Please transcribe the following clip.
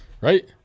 Right